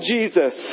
Jesus